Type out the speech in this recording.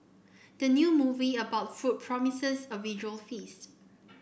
the new movie about food promises a visual feast